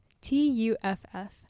T-U-F-F